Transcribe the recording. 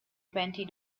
twenty